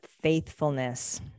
faithfulness